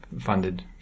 funded